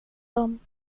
dem